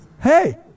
hey